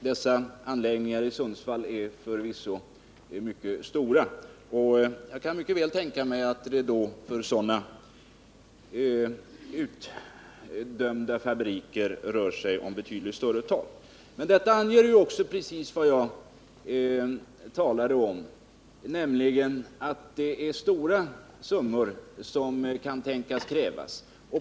Dessa anläggningar i Sundsvall är förvisso mycket stora, och jag kan mycket väl tänka mig att det för sådana utdömda fabriker rör sig om betydligt högre tal. Men detta anger också precis vad jag talade om, nämligen att det är stora summor som kan tänkas krävas.